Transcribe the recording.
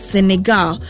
Senegal